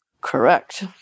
Correct